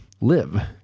live